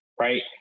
Right